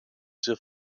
the